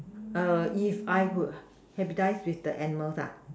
err if I could have dance with the animals ah